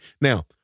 Now